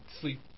sleep